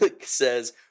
says